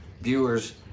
viewers